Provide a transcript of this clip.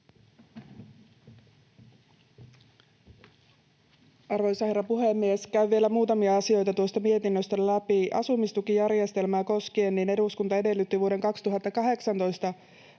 Arvoisa herra puhemies! Käyn vielä muutamia asioita tuosta mietinnöstä läpi. — Asumistukijärjestelmää koskien eduskunta edellytti vuoden 2018